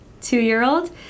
two-year-old